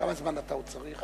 כמה זמן אתה עוד צריך?